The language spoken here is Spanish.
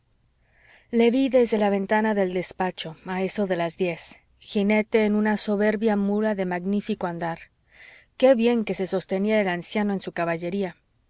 ví desde la ventana del despacho a eso de las diez jinete en una soberbia mula de magnífico andar qué bien que se sostenía el anciano en su caballería